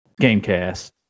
GameCast